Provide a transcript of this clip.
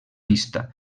pista